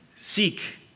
Seek